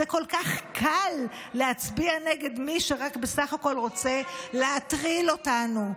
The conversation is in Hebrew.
כל כך קל להצביע נגד מי שבסך הכול רוצה להטריל אותנו.